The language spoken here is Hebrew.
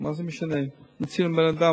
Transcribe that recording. אז אי-אפשר,